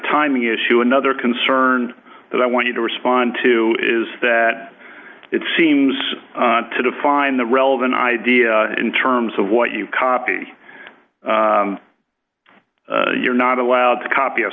timing issue another concern that i want you to respond to is that it seems to define the relevant idea in terms of what you copy you're not allowed to copy a